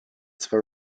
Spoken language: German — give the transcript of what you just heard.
zwar